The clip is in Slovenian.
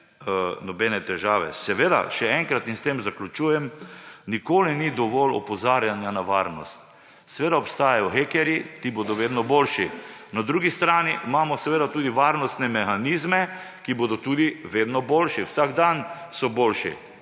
nobene težave. Seveda, še enkrat in s tem zaključujem, nikoli ni dovolj opozarjanja na varnost. Seveda obstajajo hekerji, ti bodo vedno boljši. Na drugi strani imamo tudi varnostne mehanizme, ki bodo tudi vedno boljši. Vsak dan so boljši.